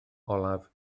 olaf